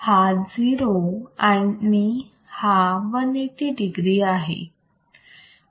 हा 0 आणि हा 180 degree आहे